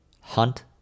hunt